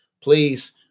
please